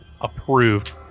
approved